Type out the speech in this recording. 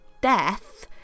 death